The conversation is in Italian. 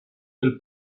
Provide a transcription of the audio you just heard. del